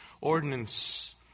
ordinance